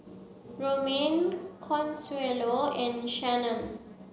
Romaine Consuelo and Shannen